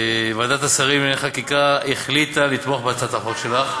ועדת השרים לענייני חקיקה החליטה לתמוך בהצעת החוק שלך,